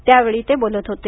त्यावेळी ते बोलत होते